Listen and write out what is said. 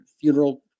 funeral